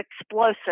explosive